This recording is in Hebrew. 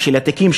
של התיקים,